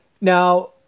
Now